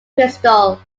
crystal